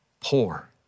poor